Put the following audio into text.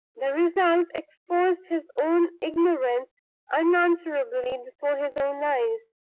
the result exposed his own ignorance unanswerably before his own eyes.